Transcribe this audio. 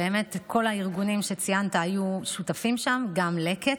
באמת, כל הארגונים שציינת היו שותפים שם, גם לקט.